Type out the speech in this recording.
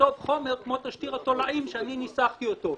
לכתוב חומר כמו תשדיר התולעים שאני ניסחתי אותו.